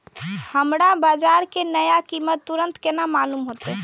हमरा बाजार के नया कीमत तुरंत केना मालूम होते?